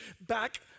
back